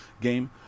game